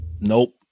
nope